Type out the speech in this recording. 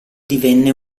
divenne